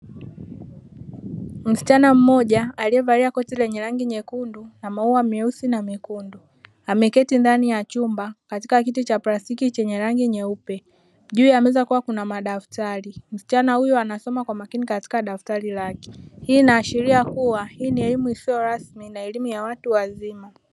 Msichana mmoja laiyevalia koti lenye rangi nyekundu na maua meusi na mekundu, ameketi dnani ya chumba katika kiti cha plastiki chenye rangi nyeupe. Juu ya meza kukiwa kuna madaftari, msichana huyo anasoma kwa makini katika daftari lake. hii inaashiria kuwa hii ni elimu isiyo rasmi na elimu ya watu waima.